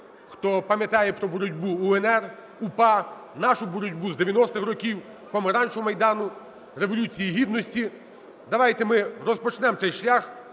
хто пам'ятає про боротьбу УНР, УПА, нашу боротьбу з 90-х років – помаранчевого майдану, Революції Гідності. Давайте ми розпочнемо цей шлях,